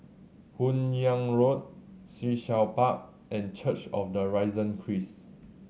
Hun Yeang Road Sea Shell Park and Church of the Risen Christ